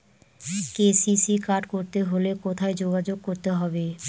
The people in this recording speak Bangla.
কে.সি.সি কার্ড করতে হলে কোথায় যোগাযোগ করতে হবে?